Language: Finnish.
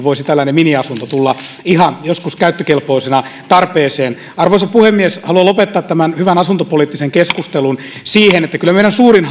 voisi tällainen miniasunto tulla ihan joskus käyttökelpoisena tarpeeseen arvoisa puhemies haluan lopettaa tämän hyvän asuntopoliittisen keskustelun siihen että kyllä meidän suurin